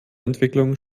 entwicklungen